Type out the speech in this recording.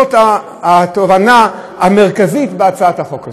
זאת התובנה המרכזית בהצעת החוק הזאת.